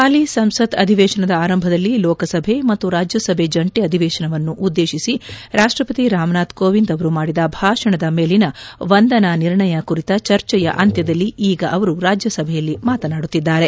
ಹಾಲಿ ಸಂಸತ್ ಅಧಿವೇಶನದ ಆರಂಭದಲ್ಲಿ ಲೋಕಸಭೆ ಮತ್ತು ರಾಜ್ಯಸಭೆ ಜಂಟಿ ಅಧಿವೇಶನವನ್ನು ಉದ್ದೇಶಿಸಿ ರಾಷ್ಟಪತಿ ರಾಮನಾಥ್ ಕೋವಿಂದ್ ಅವರು ಮಾಡಿದ ಭಾಷಣದ ಮೇಲಿನ ವಂದನಾ ನಿರ್ಣಯ ಕುರಿತ ಚರ್ಚೆಯ ಅಂತ್ಯದಲ್ಲಿ ಈಗ ಅವರು ರಾಜ್ಯಸಭೆಯಲ್ಲಿ ಮಾತನಾಡುತ್ತಿದ್ದಾರೆ